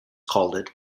called